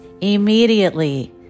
immediately